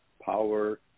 power